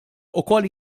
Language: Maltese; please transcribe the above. ukoll